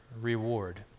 reward